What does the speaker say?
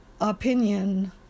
opinion